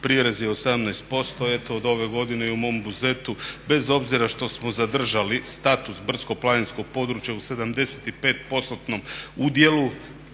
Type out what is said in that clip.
prirez je 18%. Eto od ove godine i u mom Buzetu bez obzira što smo zadržali status brdsko-planinskog područja u 75% udjelu